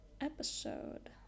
episode